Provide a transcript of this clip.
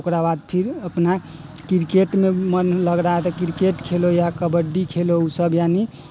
ओकरा बाद फिर अपना क्रिकेटमे मन लग रहा है तो क्रिकेट खेलो या कबड्डी खेलो उ सब यानि